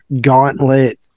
gauntlet